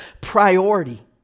priority